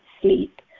sleep